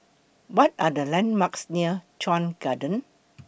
What Are The landmarks near Chuan Garden